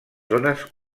zones